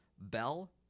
Bell